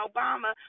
Obama